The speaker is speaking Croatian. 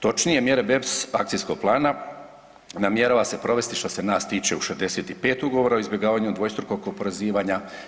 Točnije mjere BEPS akcijskog plana namjerava se provesti, što se nas tiče u 65 ugovora o izbjegavanju dvostrukog oporezivanja.